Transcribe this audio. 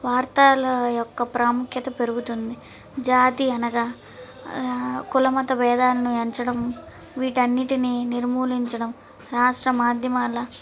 వార్తల యొక్క ప్రాముఖ్యత పెరుగుతుంది జాతి అనగా కులమత భేదాలను ఎంచడం వీటన్నిటినీ నిర్మూలించడం రాష్ట్ర మాధ్యమాల